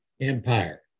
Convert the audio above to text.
Empire